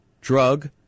drug